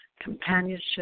companionship